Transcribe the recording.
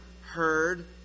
heard